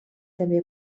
també